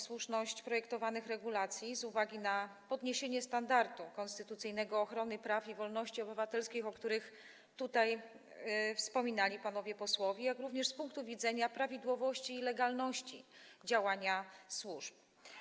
Słuszność projektowanych regulacji nie budzi wątpliwości z uwagi na podniesienie standardu konstytucyjnego ochrony praw i wolności obywatelskich - o których tutaj wspominali panowie posłowie - jak również z punktu widzenia prawidłowości i legalności działania służb.